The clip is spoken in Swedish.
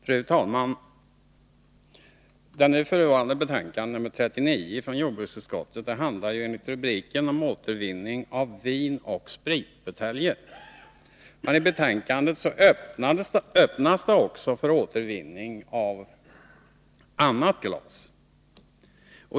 Fru talman! Det nu förevarande betänkandet från jordbruksutskottet, nr 39, handlar enligt rubriken om återvinning av vinoch spritbuteljer, men i betänkandet öppnas möjligheter för återvinning också av annat glas.